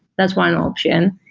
that's one option.